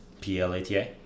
PLATA